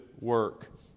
work